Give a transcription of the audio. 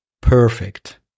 perfect